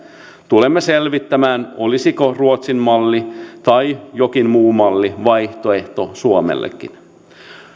tulemme selvittämään olisiko ruotsin malli tai jokin muu malli vaihtoehto suomellekin